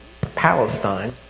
Palestine